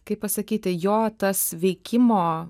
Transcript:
kaip pasakyti jo tas veikimo